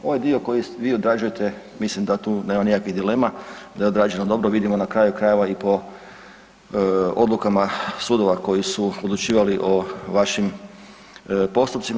Ovaj dio koji vi odrađujete mislim da tu nema nikakvih dilema, da je odrađeno dobro, vidimo na kraju krajeva i po odlukama sudova koji su odlučivali o vašim postupcima.